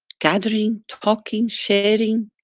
gathering, talking, sharing,